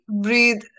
breathe